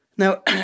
Now